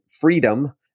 freedom